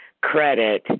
credit